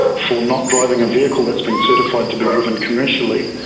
for not driving a vehicle that has been certified to be driven commercially,